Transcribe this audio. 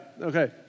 Okay